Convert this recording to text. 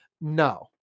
No